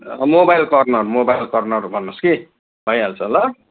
mobile corner mobile corner भन्नुहोस् कि भइहाल्छ ल